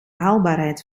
haalbaarheid